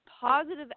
positive